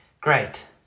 Great